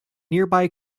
nearby